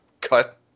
cut